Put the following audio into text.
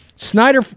Snyder